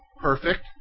Perfect